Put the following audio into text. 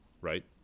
right